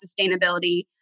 sustainability